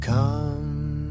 come